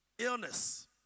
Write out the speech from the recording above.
illness